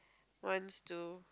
wants to